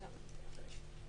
חדר משמר צבאי